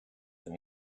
than